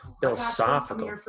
Philosophical